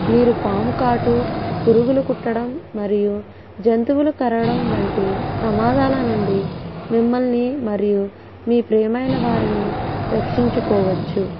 మీరు పాము కాటు పురుగులు కుట్టడం మరియు జంతువులు కరవడం వంటి ప్రమాదాల నుండి మిమ్మల్ని మరియు మీ ప్రియమైన వారిని రక్షించుకోవచ్చు